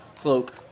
cloak